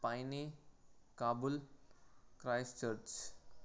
పైనే Kabul Christchurch